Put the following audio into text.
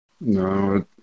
No